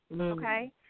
Okay